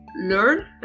learn